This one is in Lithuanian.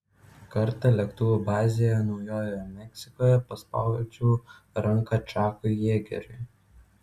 kartą lėktuvų bazėje naujojoje meksikoje paspaudžiau ranką čakui jėgeriui